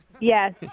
Yes